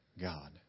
God